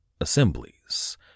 Assemblies